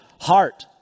heart